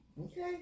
Okay